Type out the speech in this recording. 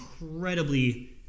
incredibly